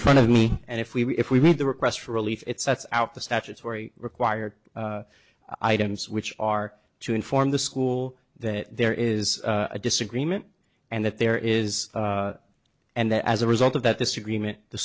front of me and if we if we made the request for relief it sets out the statutory required items which are to inform the school that there is a disagreement and that there is and that as a result of that disagreement the